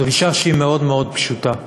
דרישה שהיא מאוד מאוד פשוטה,